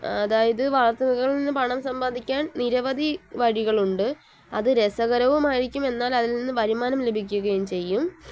അതായത് വാർത്തകകളിൽനിന്ന് പണം സമ്പാദിക്കാൻ നിരവധി വഴികളുണ്ട് അത് രസകരവുമായിരിക്കും എന്നാൽ അതിൽനിന്ന് വരുമാനം ലഭിക്കുകയും ചെയ്യും